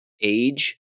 Age